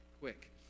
quick